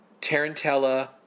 Tarantella